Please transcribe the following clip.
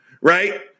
right